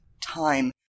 time